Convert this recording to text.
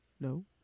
no